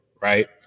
Right